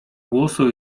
głosu